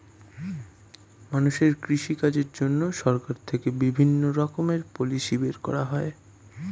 মানুষের কৃষি কাজের জন্য সরকার থেকে বিভিন্ন রকমের পলিসি বের করা হয়